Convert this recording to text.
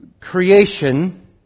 creation